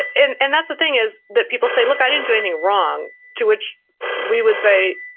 and and that's the thing is, that people say, look, i didn't do anything wrong. to which we would say,